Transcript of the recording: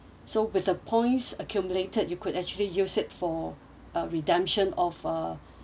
so with the points accumulated you could actually use it for a redemption of uh